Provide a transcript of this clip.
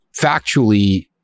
factually